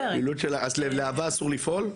ללהב"ה אסור לפעול?